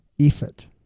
Effort